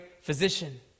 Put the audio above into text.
physician